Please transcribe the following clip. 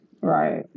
right